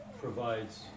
provides